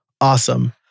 Awesome